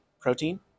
protein